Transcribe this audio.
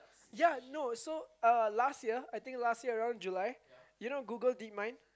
ya you know so uh last year I think last year around July you know Google DeepMind